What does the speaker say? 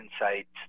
insights